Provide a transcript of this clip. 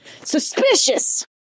Suspicious